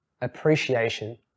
appreciation